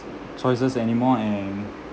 choices any more and